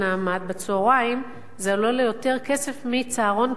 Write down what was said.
בצהריים זה עולה לו יותר כסף מצהרון פרטי.